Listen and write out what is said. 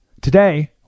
Today